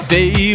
Day